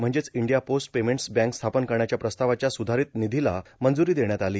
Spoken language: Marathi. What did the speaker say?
म्हणजेच इंडिया पोस्ट पेमेंटस् बँक स्थापन करण्याच्या प्रस्तावाच्या सुधारित निधीला मंजुरी देण्यात आली